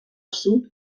sud